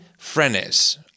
Frenes